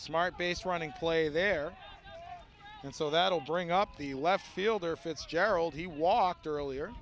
smart base running play there and so that'll bring up the left fielder fitzgerald he walked earlier